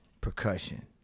Percussion